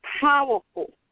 powerful